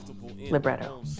Libretto